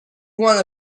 one